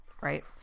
right